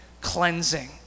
cleansing